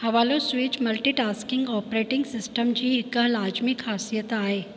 हवालो switch multitasking operating system जी हिकु लाज़मी ख़ासियतु आहे